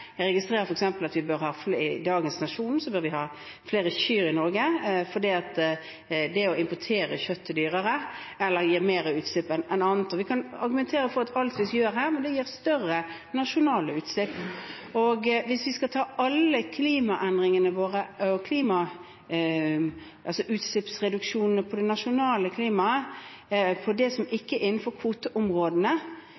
Jeg registrerer f.eks. at det i dagens utgave av Nationen blir sagt at vi bør ha flere kyr i Norge, fordi det å importere kjøtt er dyrere eller gir mer utslipp enn annet. Vi kan argumentere for alt vi gjør her, men det gir større nasjonale utslipp. Hvis vi skal ta utslippsreduksjonene på det nasjonale klimaet på det som ikke er innenfor kvoteområdene,